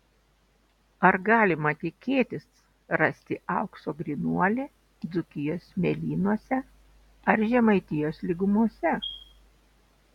ar galima tikėtis rasti aukso grynuolį dzūkijos smėlynuose ar žemaitijos lygumose